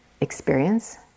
experience